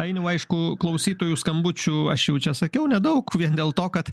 ainiau aišku klausytojų skambučių aš jau čia sakiau nedaug vien dėl to kad